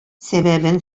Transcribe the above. сәбәбен